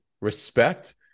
respect